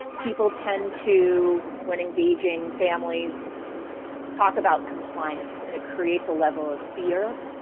people tend to when engaging families talk about compliance and it creates a level of fear